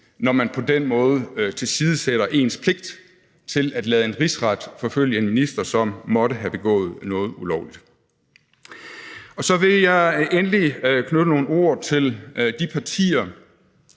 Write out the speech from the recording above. når man på den måde tilsidesætter ens pligt til at lade en rigsret forfølge en minister, som måtte have begået noget ulovligt. Så vil jeg endelig knytte nogle ord til de partier,